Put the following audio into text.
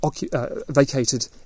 vacated